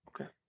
Okay